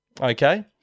okay